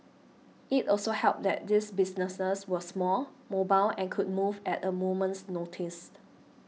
it also helped that these businesses were small mobile and could move at a moment's notice